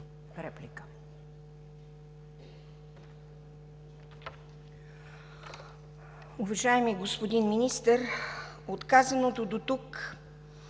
реплика.